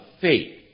faith